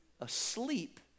Asleep